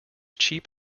cheap